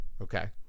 Okay